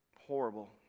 horrible